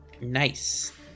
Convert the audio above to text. Nice